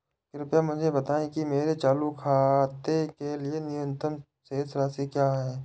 कृपया मुझे बताएं कि मेरे चालू खाते के लिए न्यूनतम शेष राशि क्या है?